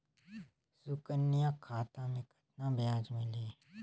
सुकन्या खाता मे कतना ब्याज मिलही?